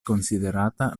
konsiderata